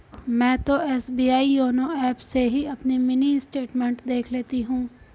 मैं तो SBI YONO app से ही अपनी मिनी स्टेटमेंट देख लेती हूँ